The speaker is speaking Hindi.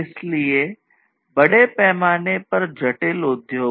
इसलिए बड़े पैमाने पर जटिल उद्योगों